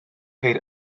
ceir